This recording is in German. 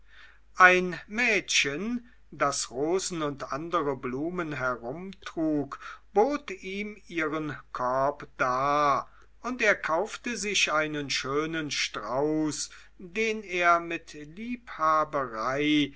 ein mädchen das rosen und andere blumen herumtrug bot ihm ihren korb dar und er kaufte sich einen schönen strauß den er mit liebhaberei